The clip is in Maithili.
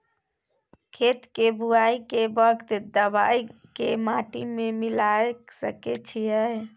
खेत के बुआई के वक्त दबाय के माटी में मिलाय सके छिये?